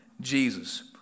Jesus